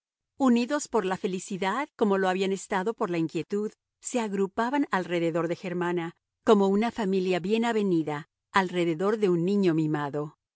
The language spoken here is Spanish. unidos por la felicidad como lo habían estado por la inquietud se agrupaban alrededor de germana como una familia bien avenida alrededor de un niño mimado